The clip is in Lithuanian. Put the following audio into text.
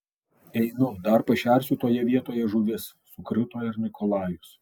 einu dar pašersiu toje vietoj žuvis sukruto ir nikolajus